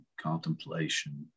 contemplation